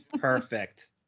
perfect